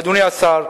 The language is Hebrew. אדוני השר,